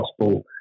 possible